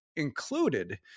included